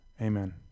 Amen